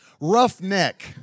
roughneck